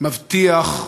מבטיח,